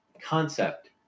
concept